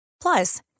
Plus